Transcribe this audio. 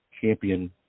champion